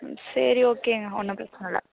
ம் சரி ஓகேங்க ஒன்றும் பிரச்சன இல்லை